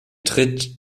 tritt